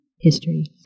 history